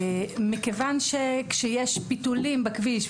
מכיוון שכאשר יש פיתולים בכביש,